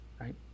Right